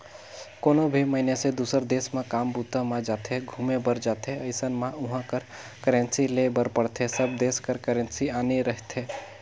कोनो भी मइनसे दुसर देस म काम बूता म जाथे, घुमे बर जाथे अइसन म उहाँ कर करेंसी लेय बर पड़थे सब देस कर करेंसी आने रहिथे